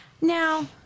now